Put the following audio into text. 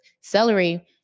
celery